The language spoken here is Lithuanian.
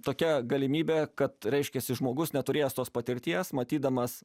tokia galimybė kad reiškiasi žmogus neturėjęs tos patirties matydamas